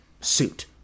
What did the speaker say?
suit